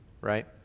right